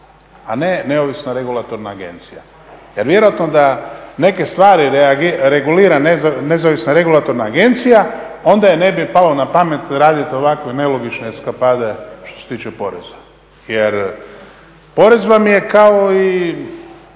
a ne neovisna regulatorna agencija. Jer vjerojatno da neke stvari regulira nezavisna regulatorna agencija onda joj ne bi palo na pamet raditi ovakve nelogične eskapade što se tiče poreza. Jer porez vam je kao i